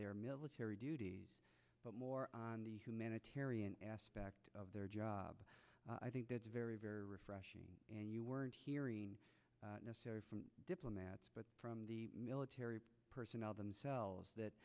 their military duties but more on the humanitarian aspect of their job i think that's very very refreshing and you were hearing from diplomats but from the military personnel themselves that